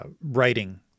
writing